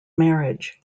marriage